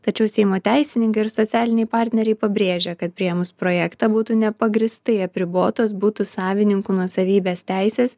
tačiau seimo teisininkai ir socialiniai partneriai pabrėžia kad priėmus projektą būtų nepagrįstai apribotos butų savininkų nuosavybės teisės